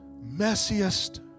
messiest